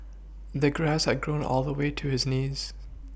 the grass had grown all the way to his knees